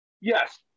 Yes